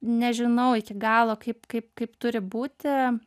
nežinau iki galo kaip kaip kaip turi būti